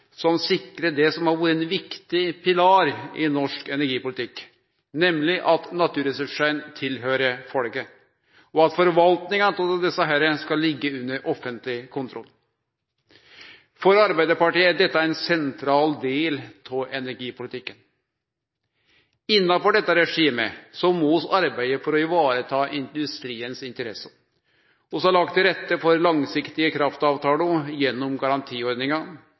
som sikrar det som har vore ein viktig pilar i norsk energipolitikk, nemleg at naturressursane høyrer til folket, og at forvaltninga av desse skal liggje under offentleg kontroll. For Arbeidarpartiet er dette ein sentral del av energipolitikken. Innanfor dette regimet må vi arbeide for å vareta industriens interesser. Vi har lagt til rette for langsiktige kraftavtaler gjennom